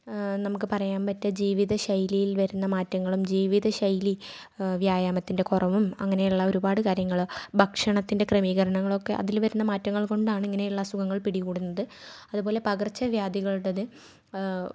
നമുക്ക് പറയാൻപറ്റ ജീവിതശൈലിയിൽ വരുന്ന മാറ്റങ്ങളും ജീവിതശൈലി വ്യായാമത്തിൻ്റെ കുറവും അങ്ങനെയുള്ള ഒരുപാട് കാര്യങ്ങൾ ഭക്ഷണത്തിന്റെ ക്രമീകരണങ്ങൾ ഒക്കെ അതിൽ വരുന്ന മാറ്റങ്ങൾ കൊണ്ടാണിങ്ങനെയുള്ള അസുഖങ്ങൾ പിടികൂടുന്നത് അതുപോലെ പകർച്ചവ്യാധികളുടേത്